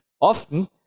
often